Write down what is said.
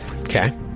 Okay